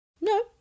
no